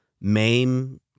maim